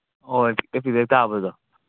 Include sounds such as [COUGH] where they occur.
ꯑꯣ [UNINTELLIGIBLE] ꯇꯥꯕꯗꯣ